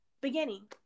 beginning